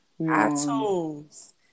iTunes